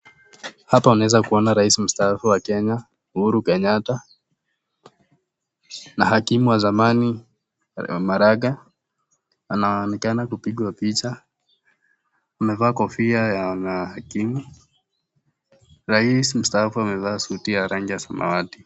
Hapa unaweza kuona Rais Mstaafu wa Kenya, Uhuru Kenyatta na Hakimu wa zamani Maraga. Anaonekana kupigwa picha. Amevaa kofia ya wanahakimu. Rais Mstaafu amevaa suti ya rangi ya samawati.